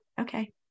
Okay